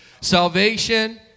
Salvation